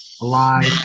alive